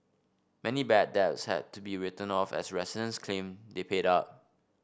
many bad debts had to be written off as residents claim they paid up